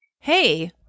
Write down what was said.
Hey